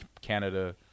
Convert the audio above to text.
Canada